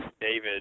David